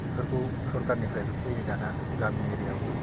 बेफोरखौ सरकारनिफ्रायबो फैयो दाना गामि एरिया यावबो